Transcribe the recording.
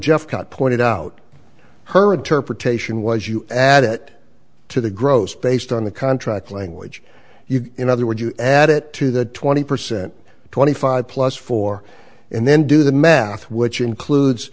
jeff got pointed out her interpretation was you add it to the gross based on the contract language you in other words you add it to the twenty percent twenty five plus four and then do the math which includes